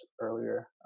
earlier